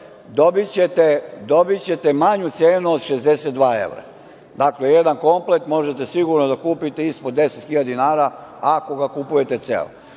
dobićete manju cenu od 62 evra. Dakle, jedan komplet možete sigurno da kupite ispod 10.000 dinara, ako ga kupujete celog.